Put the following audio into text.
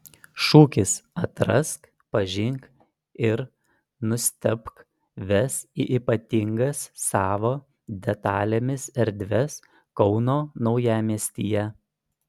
šūkis atrask pažink ir nustebk ves į ypatingas savo detalėmis erdves kauno naujamiestyje